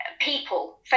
people